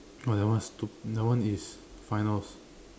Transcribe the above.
oh that one's to that one is finals